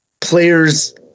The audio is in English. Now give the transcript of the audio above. players